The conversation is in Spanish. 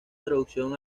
traducción